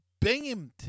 Binghamton